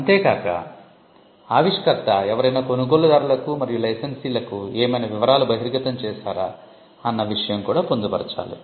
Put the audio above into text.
అంతే కాక ఆవిష్కర్త ఎవరైనా కొనుగోలుదారులకు మరియు లైసెన్సీ లకు ఏమైనా వివరాలు బహిర్గతం చేశారా అన్న విషయం కూడా పొందుపరచాలి